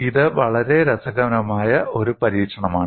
ഇത് വളരെ രസകരമായ ഒരു പരീക്ഷണമാണ്